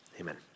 amen